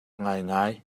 ngaingai